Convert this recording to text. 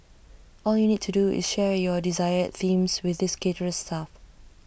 all you need to do is share your desired themes with this caterer's staff